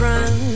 Run